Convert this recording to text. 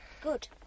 Good